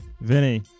Vinny